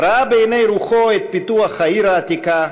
ראה בעיני רוחו את פיתוח העיר העתיקה,